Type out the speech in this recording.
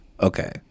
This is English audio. Okay